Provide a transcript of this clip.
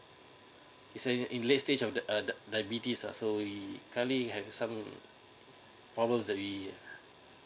he in late stage of the of the diabetes uh so we currently have some um problem that we